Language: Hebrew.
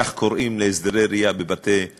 כך קוראים להסדרי ראייה בבתי-כלא,